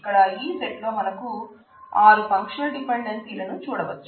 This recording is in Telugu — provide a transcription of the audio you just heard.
ఇక్కడ ఈ సెట్ లో మనకు ఆరు ఫంక్షనల్ డిపెండెన్సీ లను చూడవచ్చు